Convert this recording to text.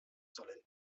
sollen